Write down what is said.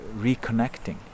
reconnecting